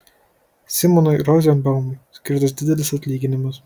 simonui rozenbaumui skirtas didelis atlyginimas